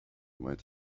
might